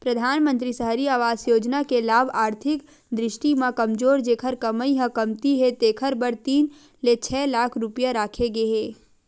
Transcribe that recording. परधानमंतरी सहरी आवास योजना के लाभ आरथिक दृस्टि म कमजोर जेखर कमई ह कमती हे तेखर बर तीन ले छै लाख रूपिया राखे गे हे